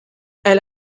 elle